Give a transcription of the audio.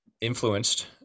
influenced